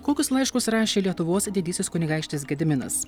kokius laiškus rašė lietuvos didysis kunigaikštis gediminas